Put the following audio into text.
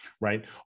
Right